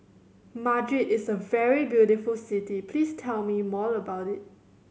Madrid is a very beautiful city please tell me more about it